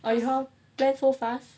oh you all plan so fast